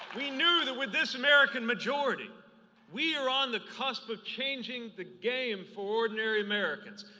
we knew that with this american majority we were on the cusp of changing the game for ordinary americans,